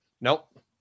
Nope